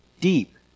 deep